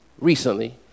recently